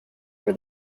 were